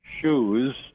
shoes